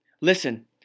Listen